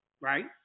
right